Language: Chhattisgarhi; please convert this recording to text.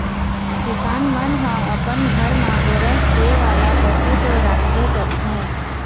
किसान मन ह अपन घर म गोरस दे वाला पशु तो राखबे करथे